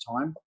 time